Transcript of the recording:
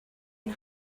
and